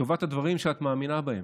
לטובת הדברים שאת מאמינה בהם,